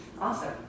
awesome